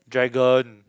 dragon